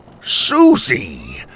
Susie